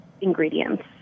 ingredients